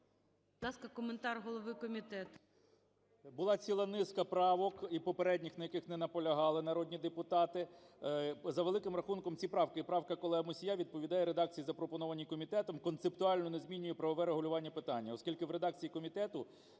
Була ціла низка правок і попередніх, на яких не наполягали народні депутати. За великим рахунком, ці правки і правка колеги Мусія відповідає редакції, запропонованій комітетом, концептуально не змінює правове регулювання питання, оскільки в редакції комітету